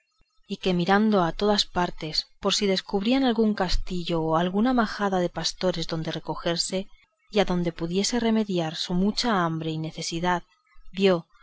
y que mirando a todas partes por ver si descubriría algún castillo o alguna majada de pastores donde recogerse y adonde pudiese remediar su mucha hambre y necesidad vio